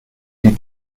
die